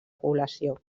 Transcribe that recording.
població